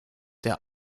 der